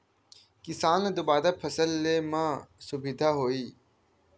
किसान ल दुबारा फसल ले म सुभिता होही